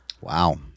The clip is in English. Wow